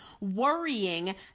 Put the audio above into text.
worrying